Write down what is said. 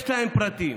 יש להן פרטים.